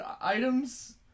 items